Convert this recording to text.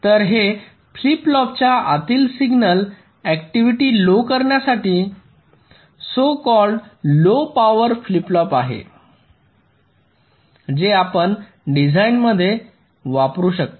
तर हे फ्लिप फ्लॉपच्या आतील सिग्नल ऍक्टिव्हिटी लो करण्यासाठी so called low power flip flop आहे जे आपण डिझाइनमध्ये वापरू शकता